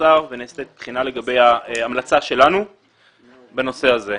האוצר ונעשית בחינה לגבי ההמלצה שלנו בנושא הזה.